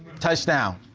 touchdown.